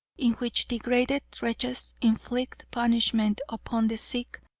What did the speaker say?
in which degraded wretches inflict punishment upon the sick,